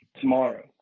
tomorrow